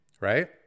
right